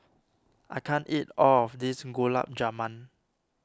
I can't eat all of this Gulab Jamun